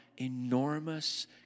enormous